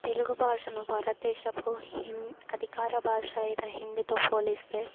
తెలుగు భాషను భారతదేశపు హిన్ అధికార భాష అయిన హిందీతో పోలిస్తే